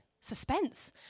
suspense